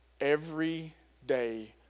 everyday